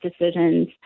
decisions